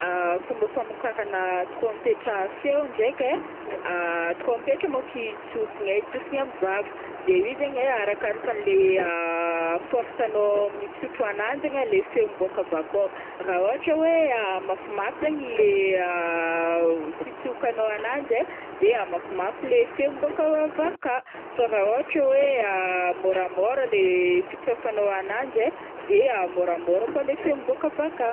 Fomba famokarana trompetra feo ndraiky ai trompetra manko tsofigna ai tsofigna am' vava de io zegny ai arakaraka an'le force anao mitsotro ananjy igny ai le feo miboaka avy akao raha ohatra hoe mafimafy zegny le fitsokanao ananjy ai de mafimafy le feo miboaka a- avy aka fa raha ohatra hoe môramôra le fitsôfanao ananjy ai de môramôra koa le feo miboaka avy aka.